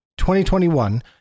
2021